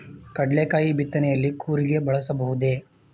ಕಡ್ಲೆಕಾಯಿ ಬಿತ್ತನೆಯಲ್ಲಿ ಕೂರಿಗೆ ಬಳಸಬಹುದೇ?